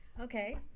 Okay